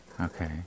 okay